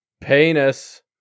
Penis